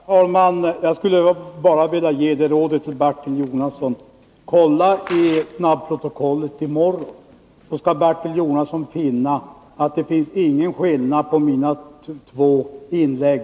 Herr talman! Jag vill bara ge Bertil Jonasson rådet att kontrollera i snabbprotokollet i morgon. Då skall Bertil Jonasson upptäcka att det inte finns någon skillnad mellan mina två inlägg.